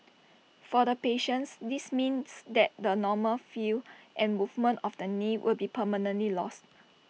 for the patience this means that the normal feel and movement of the knee will be permanently lost